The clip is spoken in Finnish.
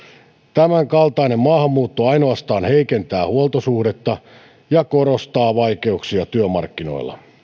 tämänkaltainen maahanmuutto ainoastaan heikentää huoltosuhdetta ja korostaa vaikeuksia työmarkkinoilla